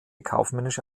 kaufmännische